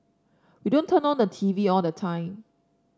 we don't turn on the T V all the time